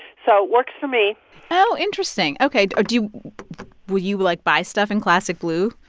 so it works for me oh, interesting. ok. do you will you, like, buy stuff in classic blue?